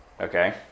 Okay